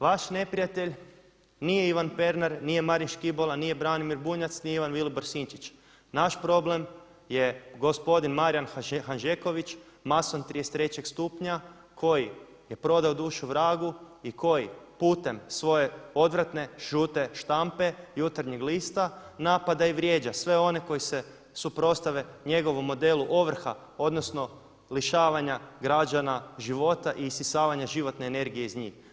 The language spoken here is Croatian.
Vaš neprijatelj nije Ivan Pernar, nije Marin Škibola, nije Branimir Bunjac, ni Ivan Vilibor Sinčić, naš problem je gospodin Marijan Hanžeković, mason 33. stupnja koji je prodao dušu vragu i koji putem svoje odvratne žute štampe Jutarnje lista napada i vrijeđa sve one koji se suprotstave njegovom modelu ovrha odnosno lišavanja građana života i isisavanja životne energije iz njih.